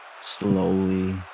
slowly